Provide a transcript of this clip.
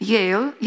Yale